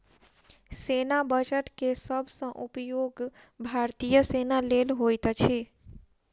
सेना बजट के सब सॅ उपयोग भारतीय सेना लेल होइत अछि